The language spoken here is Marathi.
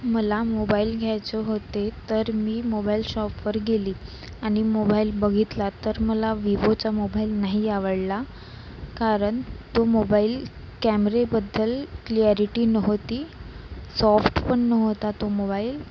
मला मोबईल घ्यायचे होते तर मी मोबाईल शॉपवर गेली आणि मोबाईल बघितला तर मला विवोचा मोबाईल नाही आवडला कारण तो मोबाइल कॅमरेबद्दल क्लिएरिटी नव्हती सॉफ्टपण नव्हता तो मोबाईल